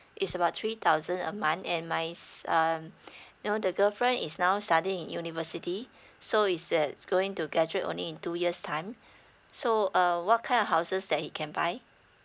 it's about three thousand a month and my s~ um you know the girlfriend is now studying in university so is that going to graduate only in two years time so um what kind of houses that he can buy